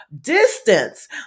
distance